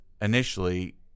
initially